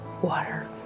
Water